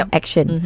action